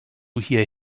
hier